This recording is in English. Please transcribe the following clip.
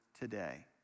today